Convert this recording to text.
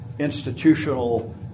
institutional